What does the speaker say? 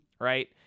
right